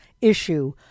issue